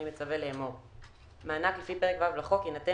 אני מצווה לאמור: 1.מענק לפי פרק ו' לחוק יינתן